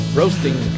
roasting